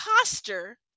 imposter